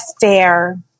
fair